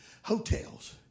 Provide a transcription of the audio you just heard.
hotels